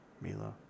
Mila